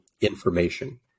information